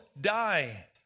die